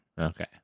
Okay